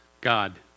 God